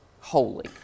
holy